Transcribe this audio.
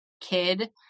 kid